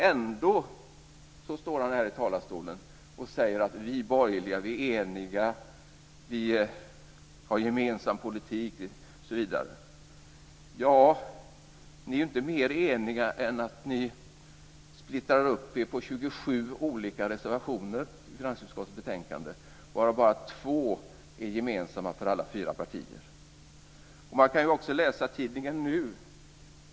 Ändå står han här i talarstolen och säger: Vi borgerliga är eniga. Vi har gemensam politik, osv. Ni är inte mer eniga än att ni splittrar er på 27 olika reservationer i finansutskottets betänkande varav bara två är gemensamma för alla fyra partier. Man kan också läsa tidningen Nu.